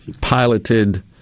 piloted